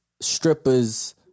strippers